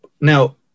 Now